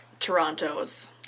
Torontos